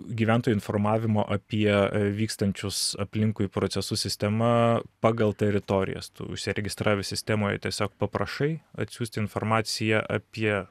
gyventojų informavimo apie vykstančius aplinkui procesus sistema pagal teritorijas tu užsiregistravęs sistemoj tiesiog paprašai atsiųsti informaciją apie